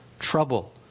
trouble